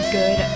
good